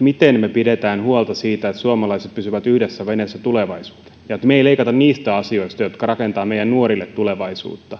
miten me pidämme huolta siitä että suomalaiset pysyvät yhdessä veneessä tulevaisuudessa ja että me emme leikkaa niistä asioista jotka rakentavat meidän nuorillemme tulevaisuutta